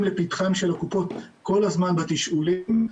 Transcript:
לפתחן של הקופות כל הזמן בתשאולים,